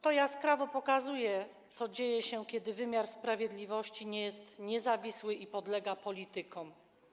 To jaskrawo pokazuje, co dzieje się, kiedy wymiar sprawiedliwości nie jest niezawisły i podlega politykom.